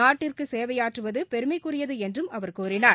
நாட்டிற்குசேவையாற்றுவதுபெருமைக்குரியதுஎன்றும் அவர் கூறினார்